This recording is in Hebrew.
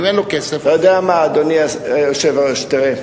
אם אין לו כסף, אדוני היושב-ראש, אתה יודע מה?